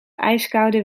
ijskoude